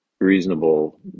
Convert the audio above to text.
reasonable